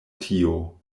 tio